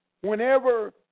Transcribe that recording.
Whenever